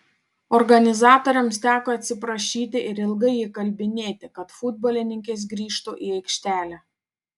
organizatoriams teko atsiprašyti ir ilgai įkalbinėti kad futbolininkės grįžtų į aikštelę